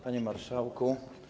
Panie Marszałku!